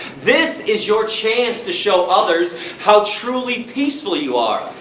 this is your chance to show others how truly peaceful you are.